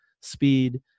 Speed